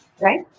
Right